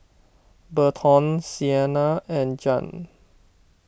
Berton Sienna and Jan